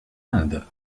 inde